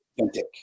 authentic